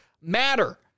matter